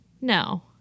No